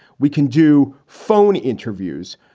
we can do phone interviews.